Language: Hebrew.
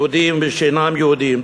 יהודים ושאינם יהודים,